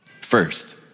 First